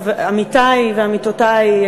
עמיתי ועמיתותי,